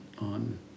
on